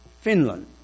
Finland